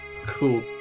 Cool